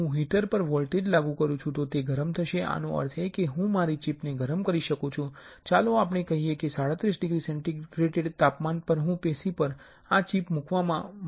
તેથી જો હું હીટર પર વોલ્ટેજ લાગુ કરું તો તે ગરમ થશે આનો અર્થ એ કે હું મારી ચિપને ગરમ કરી શકું છું ચાલો આપણે કહીએ કે 37 ડિગ્રી સેન્ટિગ્રેડ પર અને પેશી આ ચિપ પર મૂકવામાં આવે છે